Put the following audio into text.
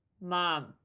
Mom